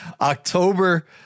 October